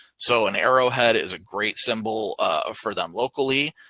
so an arrowhead is a great symbol for them locally.